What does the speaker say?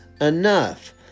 enough